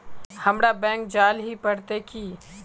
हमरा बैंक जाल ही पड़ते की?